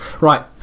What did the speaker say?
right